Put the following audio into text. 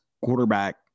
quarterback